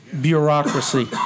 bureaucracy